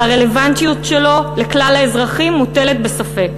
והרלוונטיות שלו לכלל האזרחים מוטלת בספק.